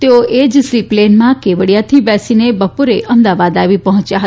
તેઓ જ સી પ્લેનમાં કેવડિયાથી બેસીને બપોર અમદાવાદ આવી પહોંચ્યા હતા